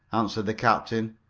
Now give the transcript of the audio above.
answered the captain.